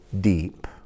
deep